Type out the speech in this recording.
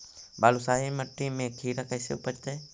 बालुसाहि मट्टी में खिरा कैसे उपजतै?